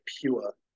pure